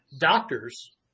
doctors